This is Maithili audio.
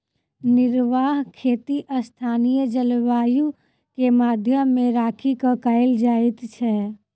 निर्वाह खेती स्थानीय जलवायु के ध्यान मे राखि क कयल जाइत छै